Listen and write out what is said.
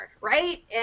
right